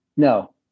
No